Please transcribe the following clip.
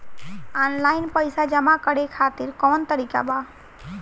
Online पइसा जमा करे खातिर कवन तरीका बा?